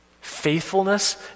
Faithfulness